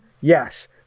Yes